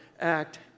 act